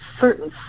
certain